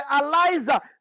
Eliza